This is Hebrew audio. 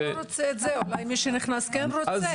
אתה לא רוצה את זה, אולי מי שנכנס כן רוצה.